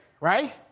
Right